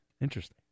Interesting